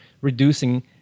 reducing